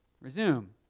resume